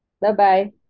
Bye-bye